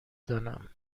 دانم